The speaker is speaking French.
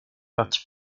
parti